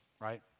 right